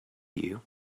you